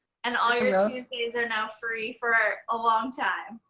and all your days are now free for a long time.